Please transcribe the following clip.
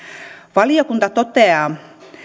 valiokunta toteaa